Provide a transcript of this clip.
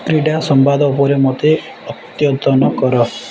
କ୍ରୀଡ଼ା ସମ୍ବାଦ ଉପରେ ମୋତେ ଅତ୍ୟତନ କର